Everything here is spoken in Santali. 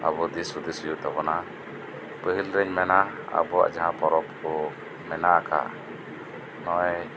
ᱟᱵᱩ ᱫᱤᱥ ᱦᱩᱫᱤᱥ ᱦᱩᱭᱩᱜ ᱛᱟᱵᱩᱱᱟ ᱯᱟᱹᱦᱤᱞ ᱨᱮᱧ ᱢᱮᱱᱟ ᱟᱵᱩᱣᱟᱜ ᱡᱟᱦᱟᱸ ᱯᱚᱨᱚᱵᱽ ᱠᱩ ᱢᱮᱱᱟᱜ ᱟᱠᱟᱫ ᱱᱚᱜᱚᱭ